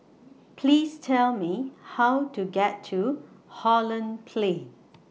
Please Tell Me How to get to Holland Plain